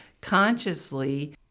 consciously